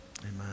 Amen